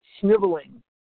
sniveling